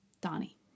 Donnie